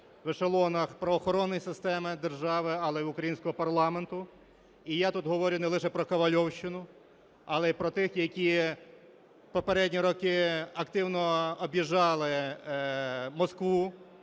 в ешелонах правоохоронної системи держави, але й в українському парламенті. І я тут говорю не лише про "ковальовщину", але і про тих, які попередні роки активно об'їжджали Москву